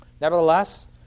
Nevertheless